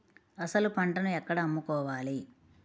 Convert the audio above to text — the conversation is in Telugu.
అసలు పంటను ఎక్కడ అమ్ముకోవాలి?